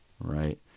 right